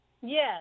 Yes